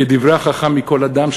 כדברי החכם מכל אדם,